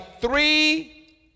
three